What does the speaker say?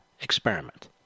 experiment